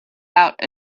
out